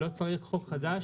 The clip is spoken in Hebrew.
לא צריך חוק חדש,